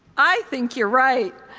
i think you're right.